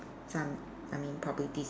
some I mean probably this is